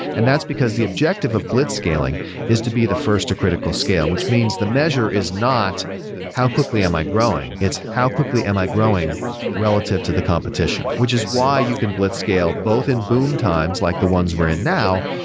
and that's because the objective of blitzscaling is to be the first to critical scale, which means the measure is not how quickly am i growing. it's how quickly am i growing relative to the competition, which is why you can blitzscale both in boom times, like the ones we're in now,